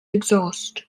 exhaust